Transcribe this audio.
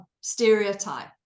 stereotype